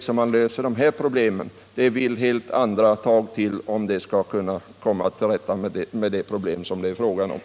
För att komma till rätta med det problem som det är fråga om behövs helt andra åtgärder.